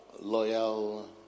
Loyal